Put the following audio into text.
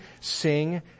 sing